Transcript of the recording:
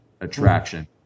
attraction